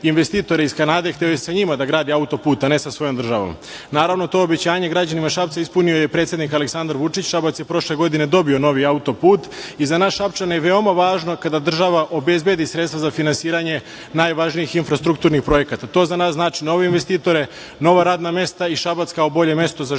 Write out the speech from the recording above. investitore iz Kanade. Hteo je sa i njima da gradi auto-put, a ne sa svojom državom. Naravno to obećanje građanima Šapca ispunio je predsednik Aleksandar Vučić. Šabac je prošle godine dobio novi auto-put i za naš Šapčane je veoma važno kada država obezbedi sredstva za finansiranje najvažnijih infrastrukturnih projekata. To za nas znači nove investitore, nova radna mesta i Šabac kao bolje mesto za život. Brza